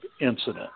incident